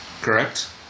Correct